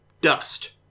dust